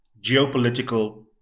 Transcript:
geopolitical